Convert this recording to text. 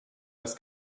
das